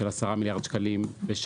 בהיקף מכירות של 10 מיליארד שקלים בשנה.